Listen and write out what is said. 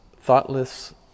thoughtless